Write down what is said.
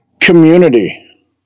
community